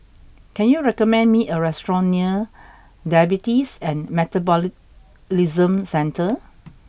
can you recommend me a restaurant near Diabetes and Metabolism Centre